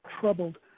troubled